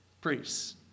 priests